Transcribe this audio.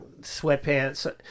sweatpants